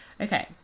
Okay